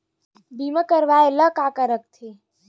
बीमा करवाय ला का का लगथे?